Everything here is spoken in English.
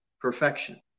perfection